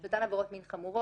זה אותן עבירות מין חמורות.